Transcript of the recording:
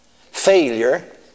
Failure